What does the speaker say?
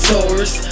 Taurus